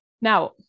Now